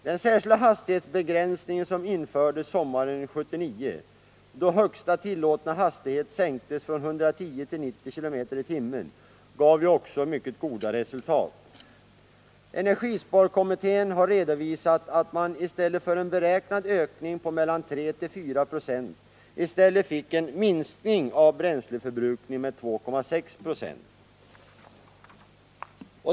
Den särskilda hastighetsbegränsningen som infördes sommaren 1979, då högsta tillåtna hastighet sänktes från 110 till 90 km/tim, gav också mycket goda resultat. Energisparkommittén har redovisat att man i stället för en beräknad ökning på mellan 3 och 4 90 fick en minskning av bränsleförbrukningen med 2,6 70.